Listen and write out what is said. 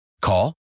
Call